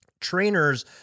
Trainers